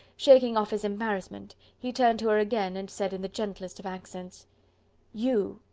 shaking off his embarrassment, he turned to her again, and said in the gentlest of accents you,